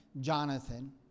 Jonathan